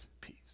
peace